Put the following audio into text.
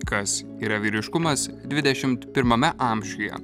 kas yra vyriškumas dvidešimt pirmame amžiuje